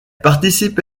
participe